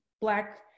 black